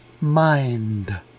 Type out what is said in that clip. mind